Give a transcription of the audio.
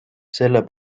selle